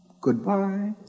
goodbye